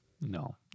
No